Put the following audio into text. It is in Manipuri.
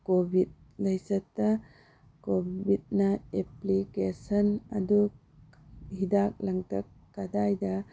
ꯀꯣꯚꯤꯠ ꯂꯥꯏꯆꯠꯇ ꯀꯣꯚꯤꯠꯅ ꯑꯦꯄ꯭ꯂꯤꯀꯦꯁꯟ ꯑꯗꯨ ꯍꯤꯗꯥꯛ ꯂꯥꯡꯊꯛ ꯀꯗꯥꯏꯗ